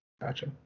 Gotcha